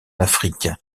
afrique